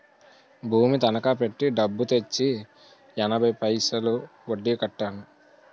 భూమి తనకా పెట్టి డబ్బు తెచ్చి ఎనభై పైసలు వడ్డీ కట్టాను